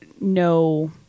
no